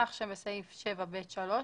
כך שבסעיף 7(ב)(3),